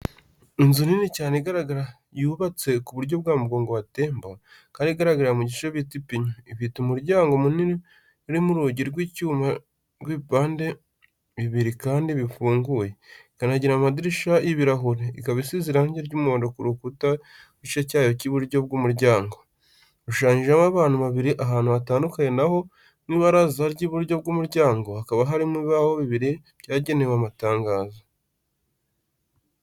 Inzu nini cyane igaragara yubatse ku buryo bwa mugongo wa temba, kandi igaragarira mu gice bita ipinyo. Ifite umuryango munini urimo urugi rw'icyuma rw'ibipande bibiri kandi bifunguye, ikanagira amadirishya y'ibirahuri, ikaba isize irangi ry'umuhondo ku rukuta rw'igice cyayo cy'iburyo bw'umuryango, hashushanyijeho abantu babiri ahantu hatandukanye na ho mu ibaraza ry'iburyo bw'umuryango. Hakaba harimo ibibaho bibiri byagenewe amatangazo.